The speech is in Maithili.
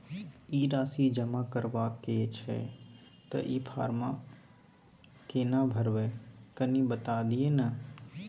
ई राशि जमा करबा के छै त ई फारम केना भरबै, कनी बता दिय न?